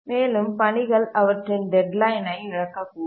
மேலும் பணிகள் அவற்றின் டெட்லைனை இழக்கக்கூடும்